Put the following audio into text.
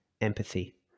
empathy